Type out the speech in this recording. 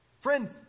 Friend